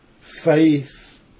faith